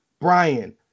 brian